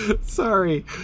Sorry